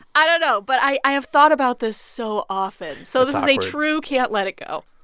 i don't know. but i have thought about this so often. so this is a true can't let it go.